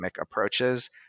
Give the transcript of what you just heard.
approaches